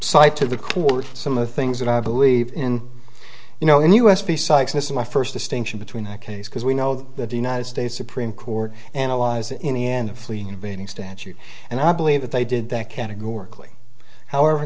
cite to the court some of the things that i believe in you know in us besides this is my first distinction between a case because we know that the united states supreme court analyzed in the end of fleeing evading statute and i believe that they did that categorically however